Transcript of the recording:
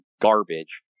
garbage